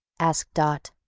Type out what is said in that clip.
asked dot.